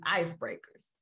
icebreakers